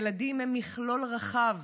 ילדים הם מכלול רחב,